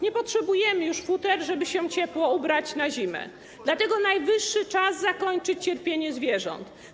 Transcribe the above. Nie potrzebujemy już futer, żeby się ciepło ubrać na zimę, dlatego najwyższy czas zakończyć cierpienie zwierząt.